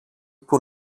που